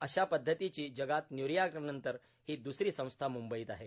अशा पध्दतीची जगात न्यूयॉर्क नंतर ही दुसरी संस्था मुंबईत आहे